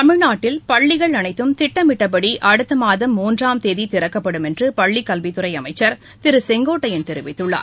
தமிழ்நாட்டில் பள்ளிகள் அனைத்தும் திட்டமிட்டபடி அடுத்த மாதம் மூன்றாம் தேதி திறக்கப்படும் என்று பள்ளிக் கல்வித்துறை அமைச்சா் திரு கே ஏ செங்கோட்டையன் தெரிவித்கள்ளார்